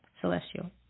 Celestial